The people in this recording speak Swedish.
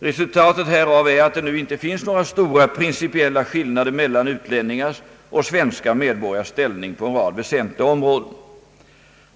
Resultatet härav är att det nu inte finns några stora principiella skillnader mellan utlänningars och svenska medborgares ställning på en rad väsentliga områden.